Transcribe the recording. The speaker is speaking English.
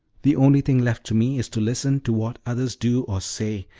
the only thing left to me is to listen to what others do or say,